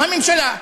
הממשלה.